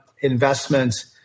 investments